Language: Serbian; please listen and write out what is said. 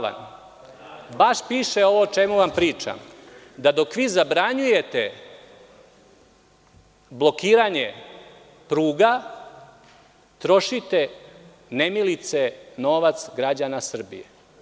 Baš piše ovo o čemu vam pričam, da dok vi zabranjujete blokiranje pruga, trošite nemilice novac građana Srbije.